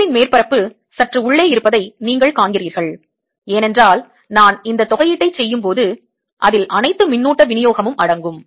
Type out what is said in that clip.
ஷெல்லின் மேற்பரப்பு சற்று உள்ளே இருப்பதை நீங்கள் காண்கிறீர்கள் ஏனென்றால் நான் இந்த தொகையீட்டைச் செய்யும்போது அதில் அனைத்து மின்னூட்ட விநியோகமும் அடங்கும்